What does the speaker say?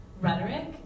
rhetoric